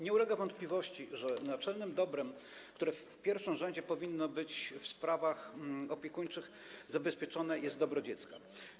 Nie ulega wątpliwości, że naczelnym dobrem, które w pierwszym rzędzie powinno być w sprawach opiekuńczych zabezpieczone, jest dobro dziecka.